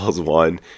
one